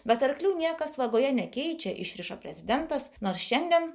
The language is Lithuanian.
bet arklių niekas vagoje nekeičia išrišo prezidentas nors šiandien